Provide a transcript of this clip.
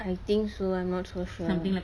I think so I'm not so sure